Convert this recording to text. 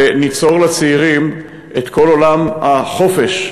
וניצור לצעירים את כל עולם החופש,